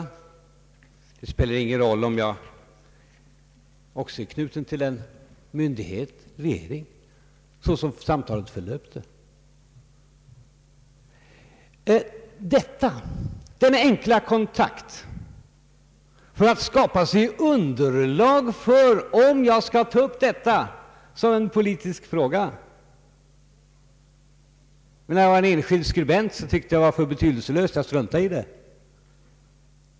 Såsom samtalet förlöpte spelar det ingen roll om jag också är knuten till en myndighet, regeringen. Denna enkla kontakt togs för att skaffa underlag för att kunna avgöra om jag skulle ta upp denna sak som en politisk fråga. Men eftersom det gällde en enskild skribent, tyckte jag att saken var för betydelselös, varför jag struntade i den.